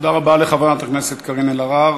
תודה רבה לחברת הכנסת קארין אלהרר.